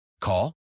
Call